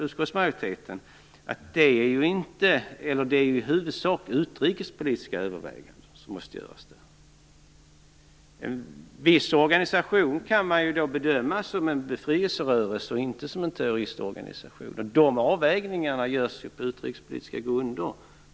Utskottsmajoriteten menar att det i huvudsak är utrikespolitiska överväganden som måste göras. En viss organisation kan man bedöma som en befrielserörelse och inte som en terroristorganisation. De avvägningarna görs på utrikespolitiska grunder.